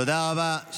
תודה רבה.